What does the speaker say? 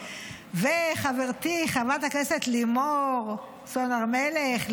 וחברתי חברת הכנסת לימור סון הר מלך,